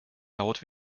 laut